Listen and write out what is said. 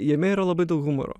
jame yra labai daug humoro